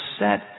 set